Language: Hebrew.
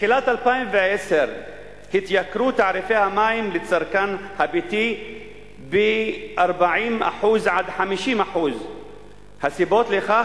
מתחילת 2010 התייקרו תעריפי המים לצרכן הביתי ב-40% 50%. הסיבות לכך,